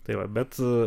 tai va bet